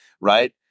right